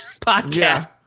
podcast